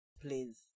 please